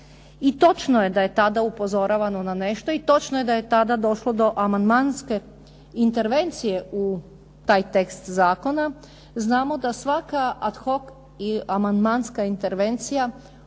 I točno je da je tada upozoravano na nešto i točno je da je tada došlo do amandmanske intervencije u taj tekst zakona. Znamo da svaka ad hoc i amandmanska intervencija